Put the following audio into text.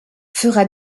fera